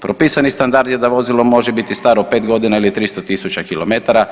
Propisani standard je da vozilo može biti staro 5 godina ili 300 tisuća km.